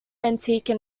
antique